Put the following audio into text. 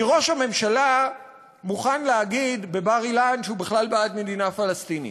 כי ראש הממשלה מוכן להגיד בבר-אילן שהוא בכלל בעד מדינה פלסטינית.